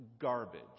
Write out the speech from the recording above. garbage